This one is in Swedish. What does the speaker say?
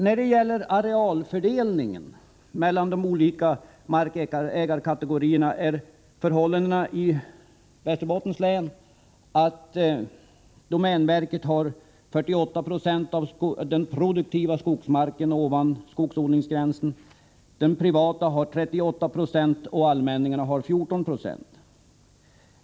I fråga om arealfördelningen mellan de olika markägarkategorierna är förhållandena i Västerbottens län sådana att domänverket har 48 96 av den produktiva skogsmarken ovanför skogsodlingsgränsen, de privata 38 90 och allmänningarna 14 26.